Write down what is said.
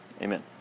amen